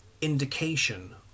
indication